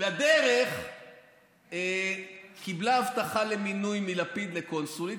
בדרך קיבלה הבטחה למינוי מלפיד לקונסולית.